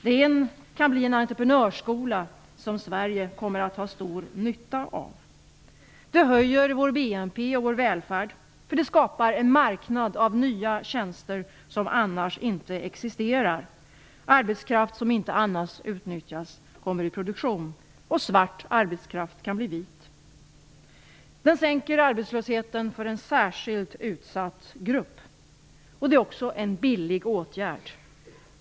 Det kan bli en entreprenörskola som Sverige kommer att ha stor nytta av. Det höjer vår BNP och vår välfärd, för det skapar en marknad av nya tjänster som annars inte existerar. Arbetskraft som inte annars utnyttjas kommer i produktion. Svart arbetskraft kan bli vit. Det sänker arbetslösheten för en särskilt utsatt grupp. Det är också en billig åtgärd.